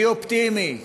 אני אופטימי.